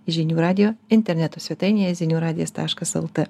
žinių radijo interneto svetainėje ziniu radijas taškas lt